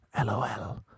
LOL